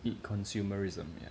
it consumerism yes